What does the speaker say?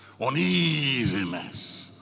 uneasiness